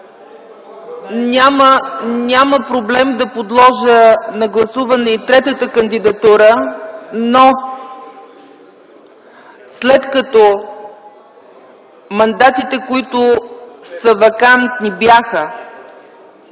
Няма проблем да подложа на гласуване и третата кандидатура, но след като мандатите, които са вакантни, бяха